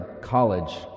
college